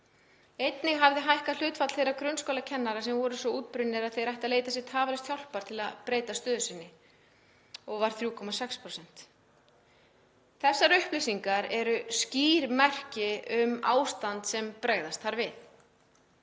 Einnig hafði hækkað hlutfall þeirra grunnskólakennara sem voru svo útbrunnir að þeir ættu að leita sér tafarlaust hjálpar til að breyta stöðu sinni, og var 3,6%. Þessar upplýsingar eru skýr merki um ástand sem bregðast þarf við.